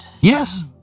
Yes